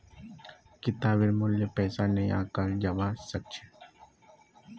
किताबेर मूल्य पैसा नइ आंकाल जबा स ख छ